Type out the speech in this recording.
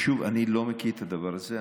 שוב, אני לא מכיר את הדבר הזה.